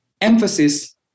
emphasis